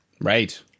right